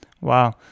Wow